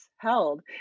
held